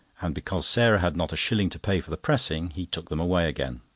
and because sarah had not a shilling to pay for the pressing, he took them away again.